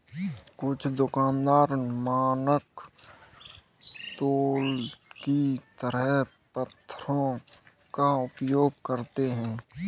कुछ दुकानदार मानक तौल की जगह पत्थरों का प्रयोग करते हैं